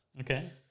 Okay